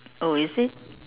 oh is it